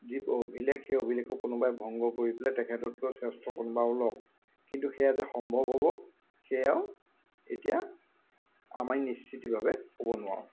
যি অভিলেখ সেই অভিলেখো কোনোবাই ভংগ কৰি পেলাই তেখেততকৈ শ্ৰেষ্ঠ কোনোবা ওলাওক কিন্তু সেয়া যে সম্ভৱ হ'ব সেয়াও এতিয়া আমি নিশ্চিতভাৱে ক'ব নোৱাৰোঁ